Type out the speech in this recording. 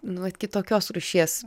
nu vat kitokios rūšies